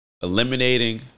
Eliminating